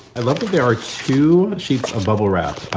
i love that there are two sheets of bubble wrap.